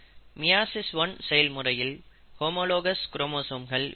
meiosis 1 செயல்முறையில் homologous குரோமோசோம்கள் பிரியும்